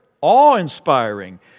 awe-inspiring